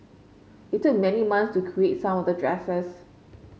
it took many months to create some of the dresses